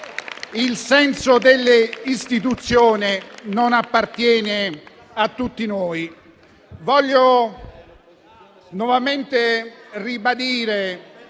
il senso delle istituzioni non appartiene a tutti noi.